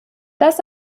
das